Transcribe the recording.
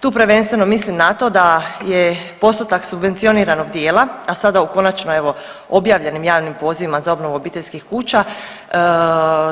Tu prvenstveno mislim na to da je postotak subvencioniranog dijela, a sada u konačno evo objavljenim javnim pozivima za obnovu obiteljskih kuća